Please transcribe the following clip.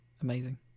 amazing